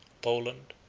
poland,